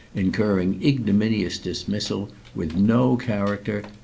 incurring ignominious dismissal with no character,